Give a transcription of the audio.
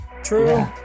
True